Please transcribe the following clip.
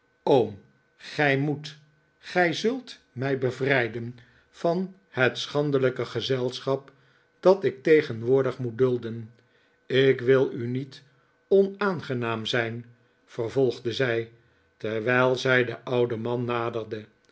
oom gij moet gij zult mij bevrijden van het schandelijke gezelschap dat ik tegenwoordig moet dulden ik wil u niet onaangenaam zijn vervolgde zij terwijl zij den ouden man naderde